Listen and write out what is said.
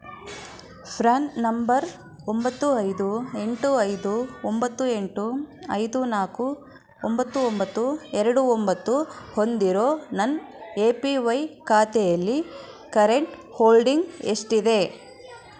ಫ್ರ್ಯಾನ್ number ಒಂಬತ್ತು ಐದು ಎಂಟು ಐದು ಒಂಬತ್ತು ಎಂಟು ಐದು ನಾಲ್ಕು ಒಂಬತ್ತು ಒಂಬತ್ತು ಎರಡು ಒಂಬತ್ತು ಹೊಂದಿರೋ ನನ್ನ ಎ ಪಿ ವೈ ಖಾತೆಯಲ್ಲಿ ಕರೆಂಟ್ ಹೋಲ್ಡಿಂಗ್ ಎಷ್ಟಿದೆ